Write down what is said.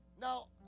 now